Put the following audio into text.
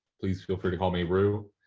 please feel free to call me roo.